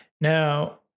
Now